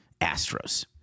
Astros